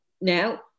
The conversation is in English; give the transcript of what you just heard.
now